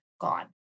gone